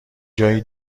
جایی